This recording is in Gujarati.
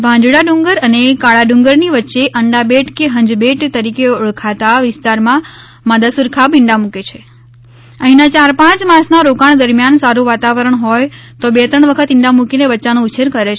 ભાંજડા ડુંગર અને કાળા ડુંગરની વચ્ચે અંડાબેટ કે હંજબેટ તરીકે ઓળખાતા વિસ્તારમાં માદા સુરખાબ ઈંડા મુકે છે અહીના ચાર પાંચ માસના રોકાણ દરમિયાન સારું વાતાવરણ હોય તો બે ત્રણ વખત ઈંડા મુકીને બચ્યાનો ઉછેર કરે છે